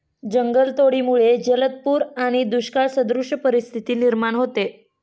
जंगलतोडीमुळे जलद पूर आणि दुष्काळसदृश परिस्थिती निर्माण होते